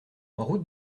route